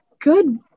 good